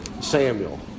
Samuel